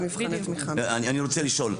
אני רוצה לשאול.